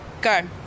Go